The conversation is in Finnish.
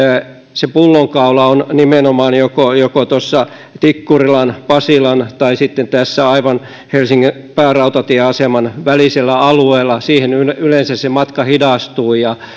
se pullonkaula on nimenomaan joko joko tuossa tikkurilan pasilan tai sitten tässä aivan helsingin päärautatieaseman alueella siinä yleensä se matka hidastuu ja